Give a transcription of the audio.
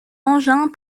engins